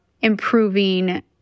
improving